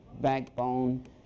backbone